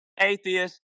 atheist